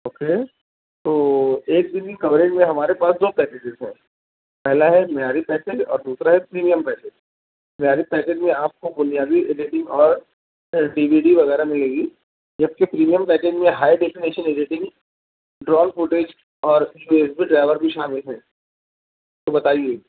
okay تو ایک دِن کی کوریج میں ہمارے پاس دو پیکیجز ہیں پہلا ہے معیاری پیکیج اور دوسرا ہے پریمیم پیکیج معیاری پیکیج میں آپ کو بنیادی ایڈیٹنگ اور ڈی وی ڈی وغیرہ مِلے گی جبکہ پریمیم پیکیج میں high definition editing drone footage اور یو ایس بی ڈرائیور بھی شامل ہے تو بتائیے